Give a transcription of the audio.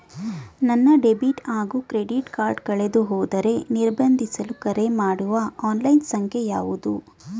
ನನ್ನ ಡೆಬಿಟ್ ಹಾಗೂ credit card ಕಳೆದುಹೋದರೆ ನಿರ್ಬಂಧಿಸಲು ಕರೆಮಾಡುವ ಆನ್ಲೈನ್ ಸಂಖ್ಯೆಯಾವುದು?